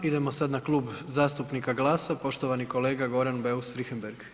Idemo sad na Klub zastupnika GLAS-a, poštovani kolega Goran Beus Richembergh.